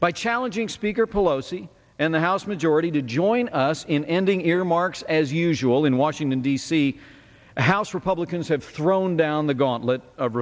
by challenging speaker pelosi and the house majority to join in ending earmarks as usual in washington d c house republicans have thrown down the gauntlet of